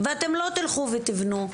ואתם לא תלכו ותבנו.